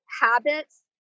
habits